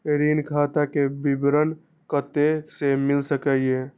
ऋण खाता के विवरण कते से मिल सकै ये?